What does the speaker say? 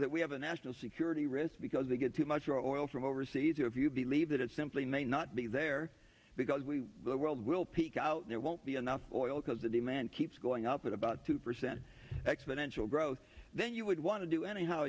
that we have a national security risk because they get too much oil from overseas or if you believe that it simply may not be there because we the world will peak out there won't be enough oil because the demand keeps going up at about two percent exponential growth then you would want to do anyhow